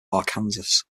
arkansas